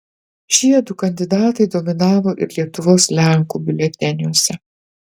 šie du kandidatai dominavo ir lietuvos lenkų biuleteniuose